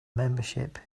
membership